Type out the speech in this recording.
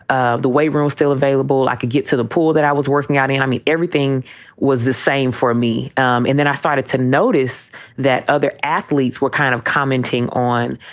the weight room is still available. i could get to the pool that i was working on. and i mean, everything was the same for me. um and then i started to notice that other athletes were kind of commenting on,